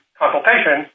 consultation